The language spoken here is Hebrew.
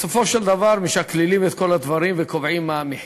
בסופו של דבר משקללים את כל הדברים וקובעים מה המחיר.